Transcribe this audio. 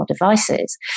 devices